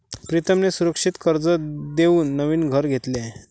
प्रीतमने सुरक्षित कर्ज देऊन नवीन घर घेतले आहे